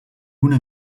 una